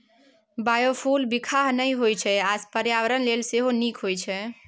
biofuel बिखाह नहि होइ छै आ पर्यावरण लेल सेहो नीक होइ छै